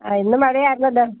ആ ഇന്ന് മഴയായിരുന്നല്ലോ